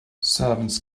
servants